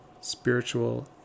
spiritual